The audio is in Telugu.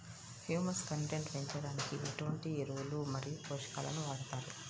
హ్యూమస్ కంటెంట్ పెంచడానికి ఎటువంటి ఎరువులు మరియు పోషకాలను వాడతారు?